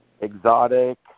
exotic